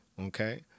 okay